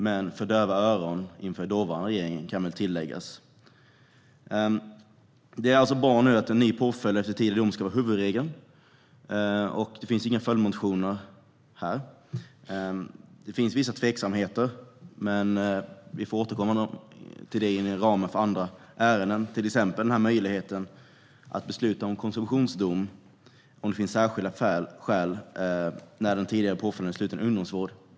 Men vi talade för döva öron - inför den dåvarande regeringen, kan väl tilläggas. Det är alltså bra att en ny påföljd efter tidigare dom ska vara huvudregeln. Inga följdmotioner har väckts. Det finns vissa tveksamheter, men vi får återkomma till dem inom ramen för andra ärenden, till exempel möjligheten att besluta om konsumtionsdom om det finns särskilda skäl. Det kan vara tveksamt när den tidigare påföljden är sluten ungdomsvård.